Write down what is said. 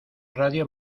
radio